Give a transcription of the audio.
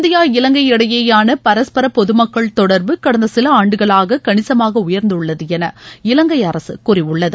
India Ilangai இடையோன பரஸ்பர பொதுமக்கள் தொடர்பு கடந்த சில ஆண்டுகளாக கணிசமாக உயர்ந்துள்ளது என இலங்கை அரசு கூறியுள்ளது